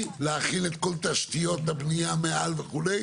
להחיל את כל תשתיות הבנייה מעל וכו'?